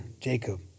Jacob